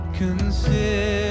consider